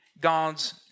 God's